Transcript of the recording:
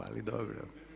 Ali dobro.